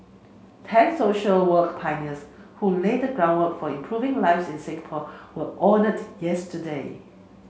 ten social work pioneers who laid the groundwork for improving lives in Singapore were honoured yesterday